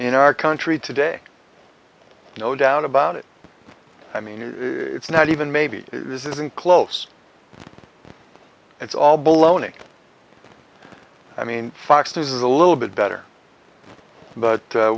in our country today no doubt about it i mean it's not even maybe this isn't close it's all baloney i mean fox news is a little bit better but